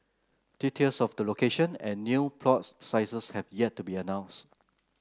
details of the location and new plot sizes have yet to be announced